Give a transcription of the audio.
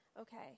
Okay